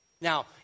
Now